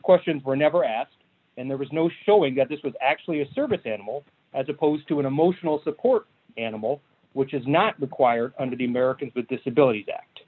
questions were never asked and there was no showing that this was actually a service animal as opposed to an emotional support animal which is not required under the americans with disabilities act